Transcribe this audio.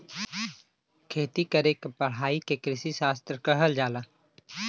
खेती करे क पढ़ाई के कृषिशास्त्र कहल जाला